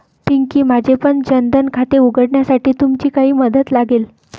पिंकी, माझेपण जन धन खाते उघडण्यासाठी तुमची काही मदत लागेल